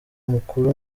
mukuru